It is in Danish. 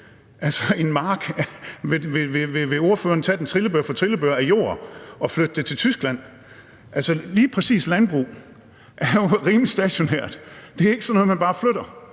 tage jorden på en mark trillebør for trillebør og flytte den til Tyskland? Lige præcis landbruget er jo rimelig stationært. Det er ikke sådan noget, man bare flytter.